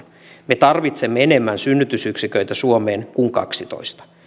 me tarvitsemme enemmän synnytysyksiköitä suomeen kuin kaksitoista